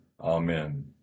Amen